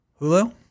Hulu